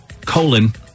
colon